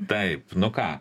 taip nu ką